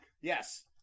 Yes